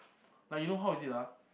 but you know how is it ah